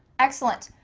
excellent,